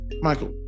Michael